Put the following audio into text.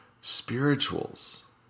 spirituals